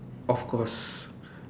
of course